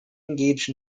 engaged